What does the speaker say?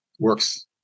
works